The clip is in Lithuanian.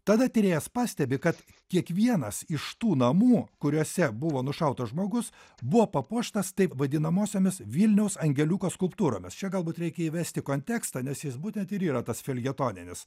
tada tyrėjas pastebi kad kiekvienas iš tų namų kuriuose buvo nušautas žmogus buvo papuoštas taip vadinamosiomis vilniaus angeliuko skulptūromis čia galbūt reikia įvesti kontekstą nes jis būtent ir yra tas feljetoninis